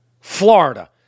Florida